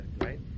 right